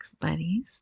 Buddies